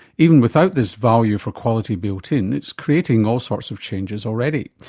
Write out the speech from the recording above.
even without this value for quality built in, it's creating all sorts of changes already.